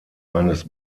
eines